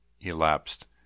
elapsed